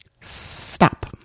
stop